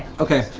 okay.